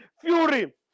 fury